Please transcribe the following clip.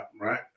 right